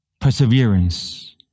Perseverance